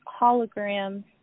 holograms